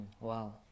Wow